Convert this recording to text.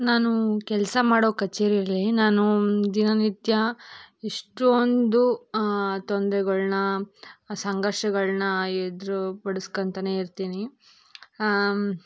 ನಾನು ಕೆಲಸ ಮಾಡೋ ಕಚೇರಿಯಲ್ಲಿ ನಾನು ದಿನನಿತ್ಯ ಇಷ್ಟೊಂದು ತೊಂದ್ರೆಗಳ್ನ ಸಂಘರ್ಷಗಳ್ನ ಎದುರು ಪಡಿಸ್ಕೋತನೇ ಇರ್ತೀನಿ